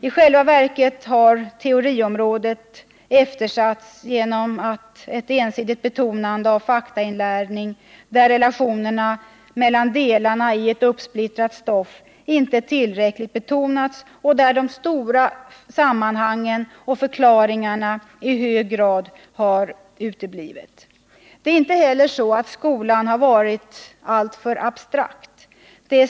I själva verket har teoriområdet eftersatts genom ett ensidigt betonande av faktainlärning, där relationerna mellan delarna i ett uppsplittrat stoff inte tillräckligt betonats och där de stora sammanhangen och förklaringarna i hög grad uteblivit. Undervisningen har inte heller varit för abstrakt.